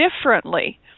differently